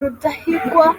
rudahigwa